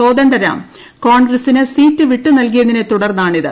കോദണ്ഡരാം കോൺഗ്ര്സ്സിന് സീറ്റ് പിട്ട് നൽകിയതിനെത്തുടർന്നാണിത്